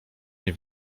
nie